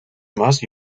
más